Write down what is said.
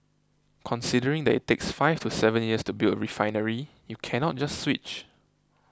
considering that it takes five to seven years to build a refinery you cannot just switch